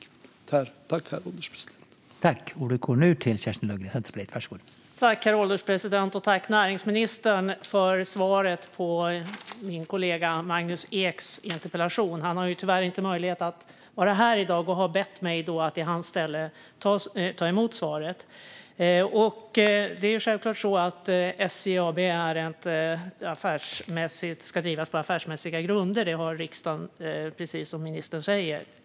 Då interpellanten anmält att han var förhindrad att närvara vid sammanträdet medgav tjänstgörande ålderspresidenten att Kerstin Lundgren i stället fick delta i debatten.